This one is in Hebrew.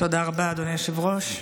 תודה רבה, אדוני היושב-ראש.